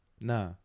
nah